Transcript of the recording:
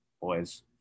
boys